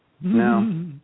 No